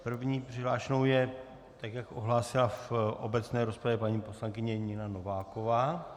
První přihlášenou je, tak jak ohlásila v obecné rozpravě, paní poslankyně Nina Nováková.